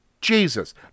Jesus